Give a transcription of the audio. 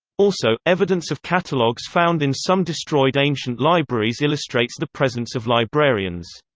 also, evidence of catalogues found in some destroyed ancient libraries illustrates the presence of librarians.